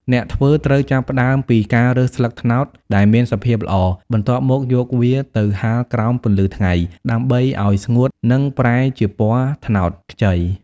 អ្នកធ្វើត្រូវចាប់ផ្តើមពី ការរើសស្លឹកត្នោត ដែលមានសភាពល្អ បន្ទាប់មកយកវាទៅ ហាលក្រោមពន្លឺថ្ងៃ ដើម្បីឱ្យស្ងួត និងប្រែជាពណ៌ត្នោតខ្ចី។